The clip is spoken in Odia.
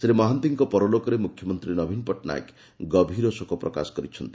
ଶ୍ରୀ ମହାନ୍ତିଙ୍କ ପରଲୋକରେ ମ୍ରଖ୍ୟମନ୍ତୀ ନବୀନ ପଟ୍ଟନାୟକ ଗଭୀର ଶୋକ ପ୍ରକାଶ କରିଛନ୍ତି